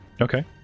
Okay